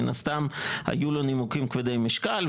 מן הסתם היו לו נימוקים כבדי משקל.